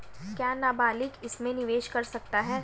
क्या नाबालिग इसमें निवेश कर सकता है?